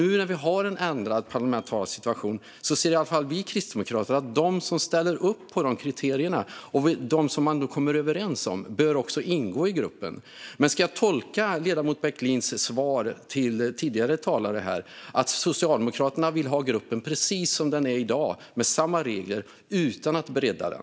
Nu när vi har en ändrad parlamentarisk situation anser i alla fall vi kristdemokrater att de som ställer upp på de kriterier vi kommit överens om också bör ingå i gruppen. Men ska jag tolka ledamoten Bäckelins svar till tidigare talare här som att Socialdemokraterna vill ha gruppen precis som den är i dag, med samma regler och utan att bredda den?